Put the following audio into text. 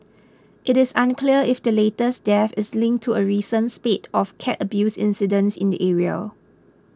it is unclear if the latest death is linked to a recent spate of cat abuse incidents in the area